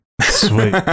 Sweet